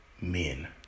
men